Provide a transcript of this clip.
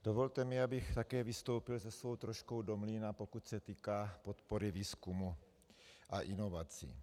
Dovolte mi, abych také vystoupil se svou troškou do mlýna, pokud se týká podpory výzkumu a inovací.